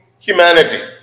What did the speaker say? humanity